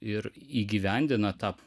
ir įgyvendina tą